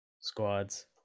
squads